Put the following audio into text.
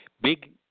big